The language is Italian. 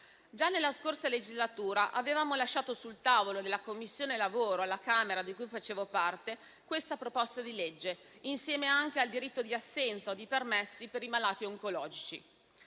Già nella scorsa legislatura avevamo lasciato sul tavolo della Commissione lavoro alla Camera, di cui facevo parte, questa proposta di legge, insieme anche al diritto di assenza o di permessi per i malati oncologici.